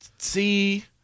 See